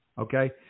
Okay